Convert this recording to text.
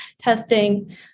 testing